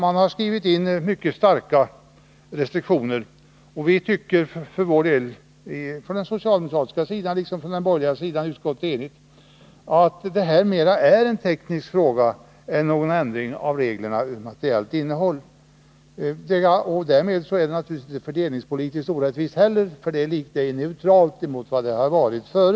Man har skrivit in mycket starka restriktioner, och vi tycker för vår del — 125 från den socialdemokratiska sidan liksom från den borgerliga, eftersom utskottet är enigt — att det här mera är en teknisk fråga än en ändring av reglernas materiella innehåll. Därmed är bestämmelsen naturligtvis inte heller fördelningspolitiskt orättvis, för den är neutral gentemot vad den har varit tidigare.